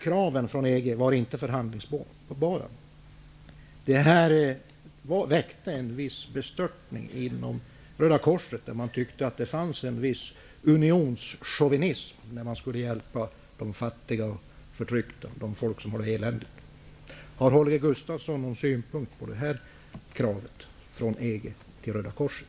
Kravet från EG var inte förhandlingsbart. Detta väckte en viss bestörtning inom Röda korset. Man tyckte att det fanns en viss unionschauvinism i hjälpen till de fattiga och förtryckta. Har Holger Gustafsson någon synpunkt på det kravet från EG till Röda korset?